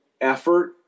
effort